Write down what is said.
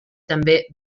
també